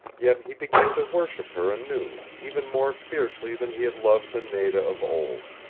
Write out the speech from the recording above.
yet he began to worship her anew, even more fiercely than he had loved the nada of old.